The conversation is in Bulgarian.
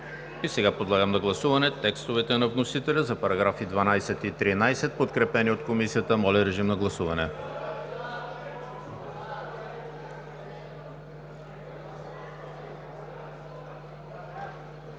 Сега подлагам на гласуване текстовете на вносителя за параграфи 12 и 13, подкрепени от Комисията. Гласували